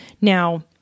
Now